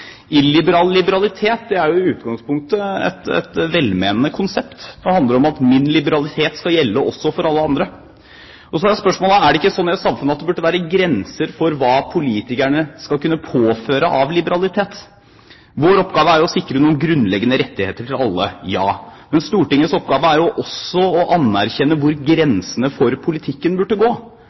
Illiberal liberalitet er i utgangspunktet et velmenende konsept. Det handler om at min liberalitet skal gjelde også for alle andre. Så er spørsmålet: Er det ikke slik i et samfunn at det burde være grenser for hva politikerne skal kunne påføre av liberalitet? Vår oppgave er å sikre noen grunnleggende rettigheter til alle – ja. Men Stortingets oppgave er også å anerkjenne hvor grensene for politikken burde gå